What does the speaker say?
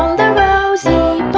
rosy